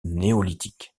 néolithique